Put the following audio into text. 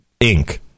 Inc